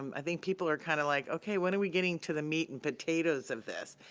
um i think people are kind of like, okay, when are we getting to the meat and potatoes of this?